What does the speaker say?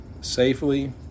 safely